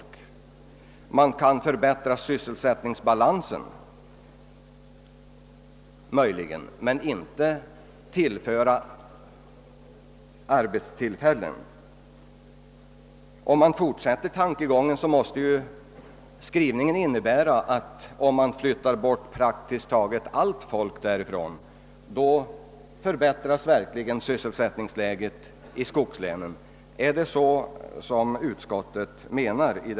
Man kan möjligen förbättra sysselsättningsbalansen men inte skapa fler arbetstillfällen. Om man fortsätter tankegången måste skrivningen innebära att om man flyttar bort praktiskt taget alla människor därifrån förbättras sysselsättningsläget i skogslänen. Är det så utskottet menar?